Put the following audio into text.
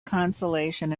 consolation